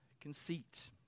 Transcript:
conceit